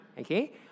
okay